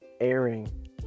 airing